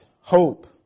hope